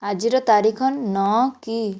ଆଜିର ତାରିଖ ନଅ କି